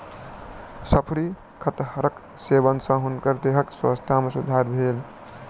शफरी कटहरक सेवन सॅ हुनकर देहक स्वास्थ्य में सुधार भेल